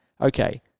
Okay